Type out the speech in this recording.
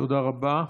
תודה רבה.